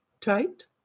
tight